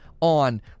on